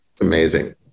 amazing